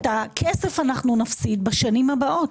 את הכסף אנחנו נפסיד בשנים הבאות.